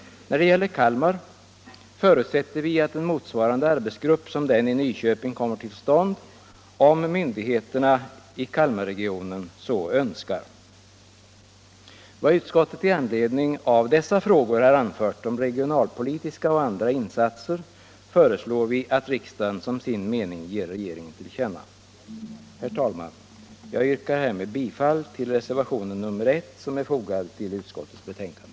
När det gäller Kalmar förutsätter vi att en motsvarande arbetsgrupp som den i Nyköping kommer till stånd om myndigheterna i Kalmarregionen så önskar. Vad utskottet i anledning av dessa frågor har anfört om regionalpolitiska och andra insatser föreslår vi att riksdagen som sin mening ger regeringen till känna. Herr talman! Jag yrkar härmed bifall till reservationen 1 vid utskottets betänkande.